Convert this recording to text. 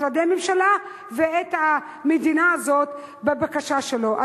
למשרדי הממשלה ולמדינה הזאת בבקשה שלו.